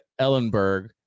Ellenberg